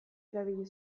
erabili